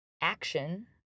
action